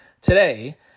today